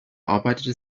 arbeitete